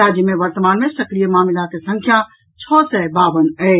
राज्य मे वर्तमान मे सक्रिय मामिलाक संख्या छओ सय बावन अछि